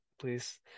please